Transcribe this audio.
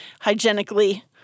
hygienically